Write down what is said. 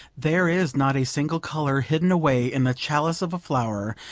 there is not a single colour hidden away in the chalice of a flower,